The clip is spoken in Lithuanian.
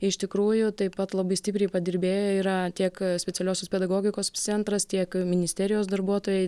iš tikrųjų taip pat labai stipriai padirbėję yra tiek specialiosios pedagogikos centras tiek ministerijos darbuotojai